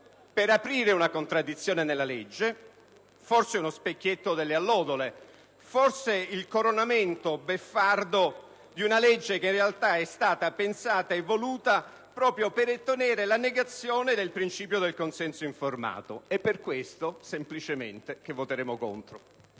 per aprire una contraddizione nella legge. È forse uno specchietto per le allodole o il coronamento beffardo di una legge che, in realtà, è stata pensata e voluta proprio per ottenere la negazione del principio del consenso informato. È per questo, semplicemente, che voteremo contro